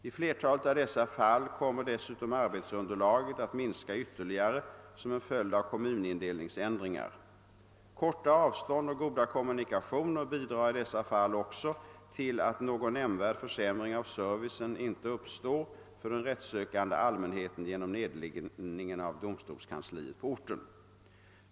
I flertalet av dessa fall kommer dessutom arbetsunderlaget att minska ytterligare som en följd av kommunindelningsändringar. Korta avstånd och goda kommunikationer bidrar i dessa fall också till att någon nämnvärd försämring av servicen ej uppstår för den rättssökande allmänheten genom nedläggningen av domstolskansliet på orten.